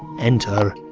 enter.